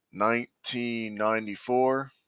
1994